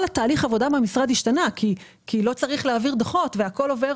תהליך העבודה במשרד השתנה כי לא צריך להעביר דוחות והכול עובר